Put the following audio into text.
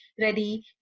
ready